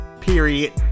period